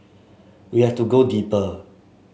we have to go deeper